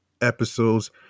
episodes